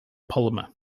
polymer